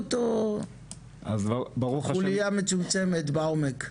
להתיישבות או חוליה מצומצמת בעומק?